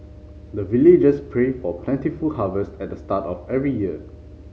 the villagers pray for plentiful harvest at the start of every year